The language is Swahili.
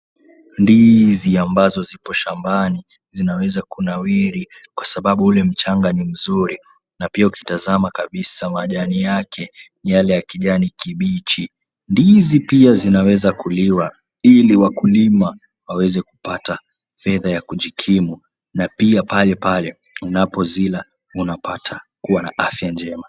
Ndizi, ambazo zipo shambani, zinaweza kunawiri, kwa sababu ule mchanga ni mzuri. Na pia ukitazama kabisa majani yake, ni yale ya kijani kibichi. Ndizi pia zinaweza kuliwa, ili wakulimwa, waweze kupata fedha ya kujikimu. Na pia pale pale, unapo zila, unapata kuwa na afya njema.